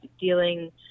dealing